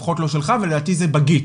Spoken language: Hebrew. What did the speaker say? לפחות לא שלך ולדעתי זה 'בגיץ'.